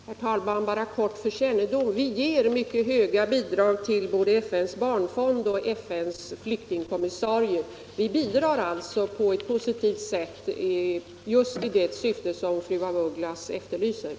Herr talman! Bara ett kort besked för kännedom. Vi ger mycket stora bidrag till både FN:s barnfond och FN:s flyktingkommissarie. Vi bidrar alltså på ett positivt sätt just till det syfte som fru af Ugglas talar för.